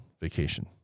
Vacation